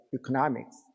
economics